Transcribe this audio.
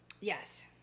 Yes